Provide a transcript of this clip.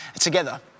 together